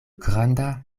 granda